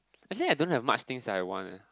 actually I don't have much things that I want eh